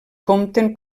compten